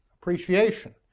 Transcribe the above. appreciation